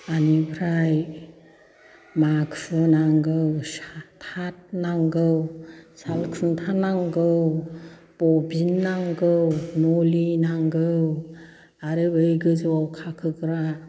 ओनिफ्राय माखु नांगौ थाद नांगौ सालखुन्था नांगौ बबिन नांगौ नलि नांगौ आरो बै गोजौआव खाखोग्रा गराय